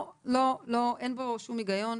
אין בו שום היגיון.